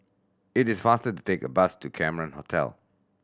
it is faster to take a bus to Cameron Hotel